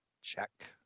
check